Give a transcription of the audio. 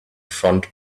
front